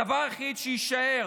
הדבר היחיד שיישאר